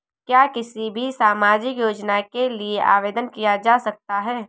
क्या किसी भी सामाजिक योजना के लिए आवेदन किया जा सकता है?